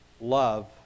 love